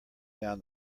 down